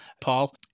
Paul